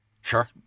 sure